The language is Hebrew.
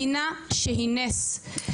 מדינה שהיא נס,